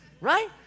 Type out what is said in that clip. right